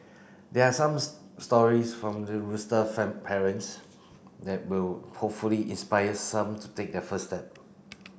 there are some stories from parents that will hopefully inspire some to take their first step